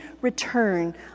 return